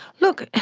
look,